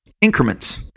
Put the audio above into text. increments